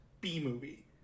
B-movie